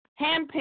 handpicked